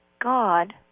God